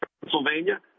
Pennsylvania